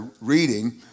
reading